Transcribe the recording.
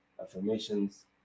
affirmations